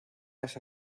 las